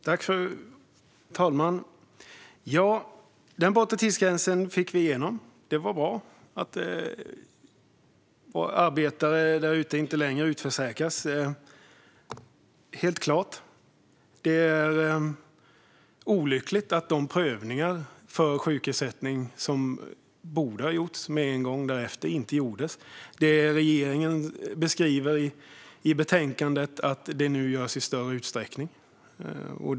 Fru talman! Borttagandet av den bortre tidsgränsen fick vi igenom. Det är helt klart bra att arbetare inte längre utförsäkras. Det är olyckligt att de prövningar för sjukersättning som borde ha gjorts med en gång därefter inte gjordes. Regeringen beskriver i betänkandet att de nu görs i större utsträckning.